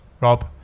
Rob